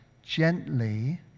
Gently